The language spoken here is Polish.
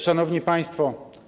Szanowni Państwo!